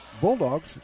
Bulldogs